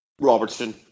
Robertson